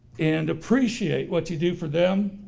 and appreciate what you do for them,